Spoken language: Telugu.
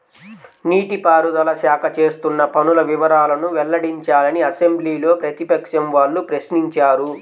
నీటి పారుదల శాఖ చేస్తున్న పనుల వివరాలను వెల్లడించాలని అసెంబ్లీలో ప్రతిపక్షం వాళ్ళు ప్రశ్నించారు